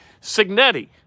Signetti